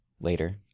later